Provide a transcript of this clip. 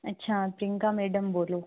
अच्छा प्रियंका मैडम बोलो